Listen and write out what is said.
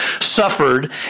suffered